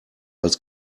als